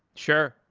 sure.